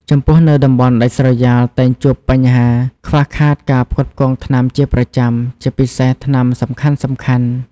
ចំពោះនៅតំបន់ដាច់ស្រយាលតែងជួបបញ្ហាខ្វះខាតការផ្គត់ផ្គង់ថ្នាំជាប្រចាំ ជាពិសេសថ្នាំសំខាន់ៗ។